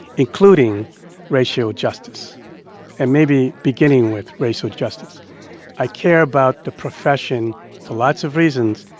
including racial justice and maybe beginning with racial justice i care about the profession for lots of reasons,